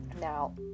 Now